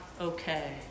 okay